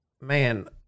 man